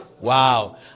Wow